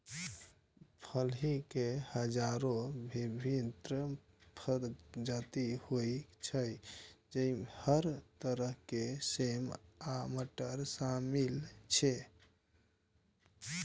फली के हजारो विभिन्न प्रजाति होइ छै, जइमे हर तरह के सेम आ मटर शामिल छै